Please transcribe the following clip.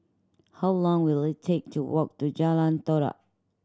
how long will it take to walk to Jalan Todak